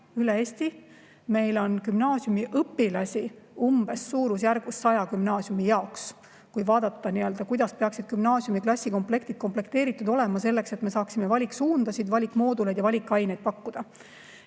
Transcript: üle Eesti. Meil on gümnaasiumiõpilasi suurusjärgus 100 gümnaasiumi jaoks. Kui vaadata, kuidas peaksid gümnaasiumide klassikomplektid komplekteeritud olema, selleks et me saaksime valiksuundasid, valikmooduleid ja valikaineid pakkuda,